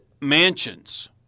mansions